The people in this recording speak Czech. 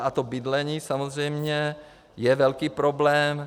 A to bydlení samozřejmě je velký problém.